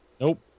Nope